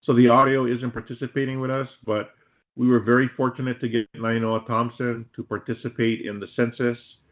ah the audio isn't participating with us but we were very fortunate to get nainoa thompson to participate in the census.